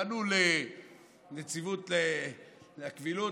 פנו לנציבות הקבילות,